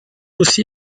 aussi